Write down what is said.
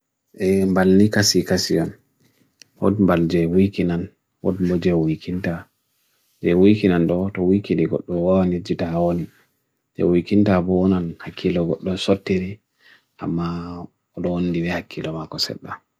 E mbal nika si kasi an, hod mbal jey wiki nan, hod mbal jey wiki nan da,. jey wiki nan do, to wiki de go, do an jit jita an, jey wiki nan da bo nan haki lo go,. do sot tere, ama do an diwe haki lo makoseba.